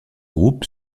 groupe